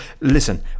Listen